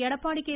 Edappadi K